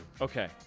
Okay